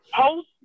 post